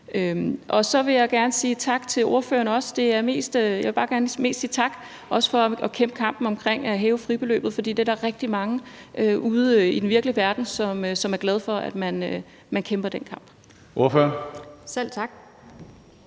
Så vil jeg også gerne sige tak til ordføreren, og det er mest bare tak for at kæmpe kampen omkring at hæve fribeløbet. For der er rigtig mange ude i den virkelige verden, som er glade for, at man kæmper den kamp. Kl.